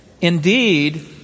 Indeed